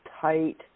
tight